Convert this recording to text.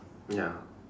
ya